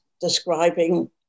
describing